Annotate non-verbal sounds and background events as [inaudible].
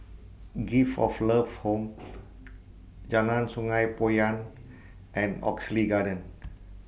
Gift of Love Home [noise] Jalan Sungei Poyan and Oxley Garden